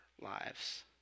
lives